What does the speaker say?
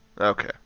Okay